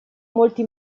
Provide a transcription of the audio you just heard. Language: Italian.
molti